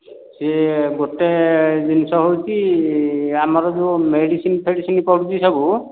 ସେ ଗୋଟେ ଜିନିଷ ହେଉଛି ଆମର ଯେଉଁ ମେଡ଼ିସିନ୍ ଫେଡ଼ିସିନ୍ ପଡ଼ୁଛି ସବୁ